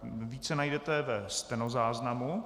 Více najdete ve stenozáznamu.